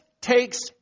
takes